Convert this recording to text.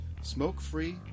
smoke-free